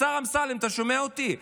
השר אמסלם, אתה שומע אותי?